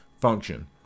function